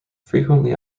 frequently